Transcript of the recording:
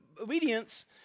obedience